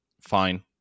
Fine